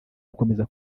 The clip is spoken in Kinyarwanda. ugukomeza